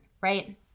right